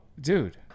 dude